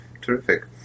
Terrific